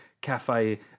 cafe